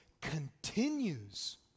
continues